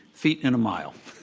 feet in a mile.